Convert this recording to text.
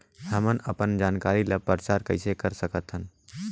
हमन अपन जानकारी ल प्रचार कइसे कर सकथन?